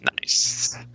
Nice